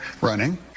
running